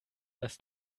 das